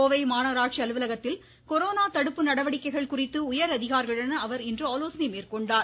கோவை மாநகராட்சி அலுவலகத்தில் கொரோனா தடுப்பு நடவடிக்கைகள் குறித்து உயர் அதிகாரிகளுடன் இன்று அவர் ஆலோசனை மேற்கொண்டார்